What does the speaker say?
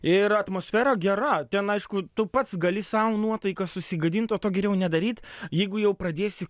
ir atmosfera gera ten aišku tu pats gali sau nuotaiką susigadint o to geriau nedaryt jeigu jau pradėsi